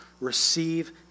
Receive